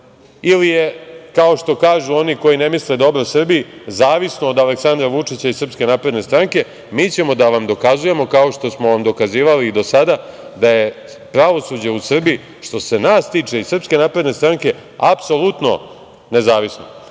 ili je, kao što kažu oni koji ne misle dobro Srbiji, zavisno od Aleksandra Vučića i Srpske napredne stranke. Mi ćemo da vam dokazujemo, kao što smo vam dokazivali i do sada, da je pravosuđe u Srbiji, što se nas tiče iz Srpske napredne stranke, apsolutno nezavisno. Gospođo